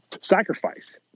sacrifice